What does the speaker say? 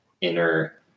inner